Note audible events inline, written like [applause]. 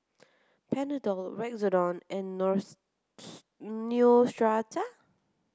Panadol Redoxon and [unintelligible] Neostrata